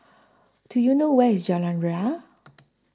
Do YOU know Where IS Jalan Ria